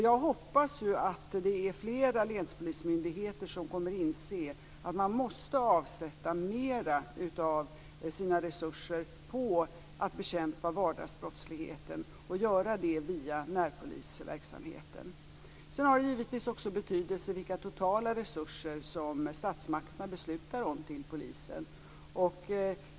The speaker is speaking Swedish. Jag hoppas att det blir fler länspolismyndigheter som kommer att inse att de måste avsätta mer av sina resurser för att bekämpa vardagsbrottsligheten och att göra det via närpolisverksamheten. Givetvis har det också betydelse vilka totala resurser som statsmakterna beslutar om till polisen.